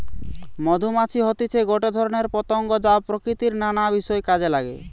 মধুমাছি হতিছে গটে ধরণের পতঙ্গ যা প্রকৃতির নানা বিষয় কাজে নাগে